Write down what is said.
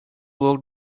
worked